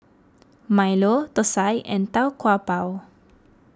Milo Thosai and Tau Kwa Pau